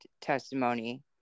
testimony